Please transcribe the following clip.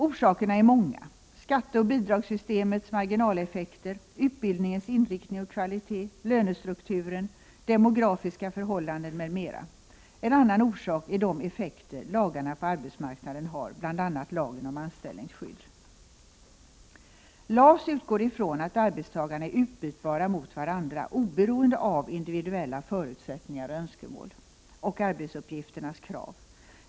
Orsakerna är många: skatteoch bidragssystemets marginaleffekter, utbildningens inriktning och kvalitet, lönestrukturen, demografiska förhållanden m.m. En annan orsak är de effekter lagarna på arbetsmarknaden har, bl.a. lagen om anställningsskydd. LAS utgår ifrån att arbetstagarna är utbytbara mot varandra oberoende av individuella förutsättningar och önskemål och arbetsuppgifternas krav.